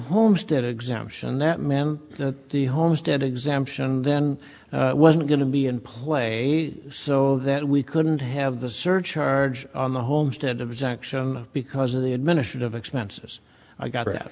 homestead exemption that meant that the homestead exemption then wasn't going to be in play so that we couldn't have the surcharge on the homestead exemption because of the administrative expenses i got